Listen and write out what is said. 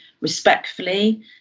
respectfully